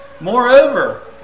Moreover